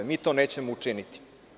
Mi to nećemo učiniti.